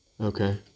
Okay